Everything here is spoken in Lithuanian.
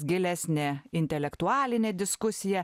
gilesnė intelektualinė diskusija